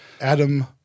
Adam